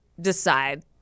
decide